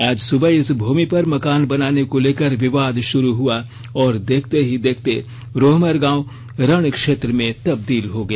आज सुबह इस भूमि पर मकान बनाने को लेकर विवाद शुरू हुआ और देखते ही देखते रोहमर गांव राणक्षेत्र में तब्दील हो गया